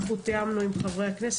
אנחנו תיאמנו עם חברי הכנסת,